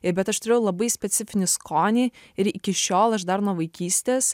i bet aš turėjau labai specifinį skonį ir iki šiol aš dar nuo vaikystės